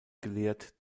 gelehrt